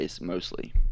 mostly